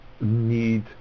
need